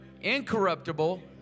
incorruptible